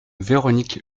véronique